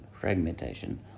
fragmentation